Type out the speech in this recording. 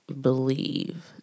believe